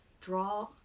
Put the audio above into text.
draw